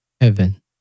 heaven